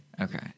okay